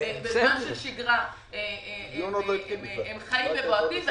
בזמן של שגרה הם חיים ובועטים,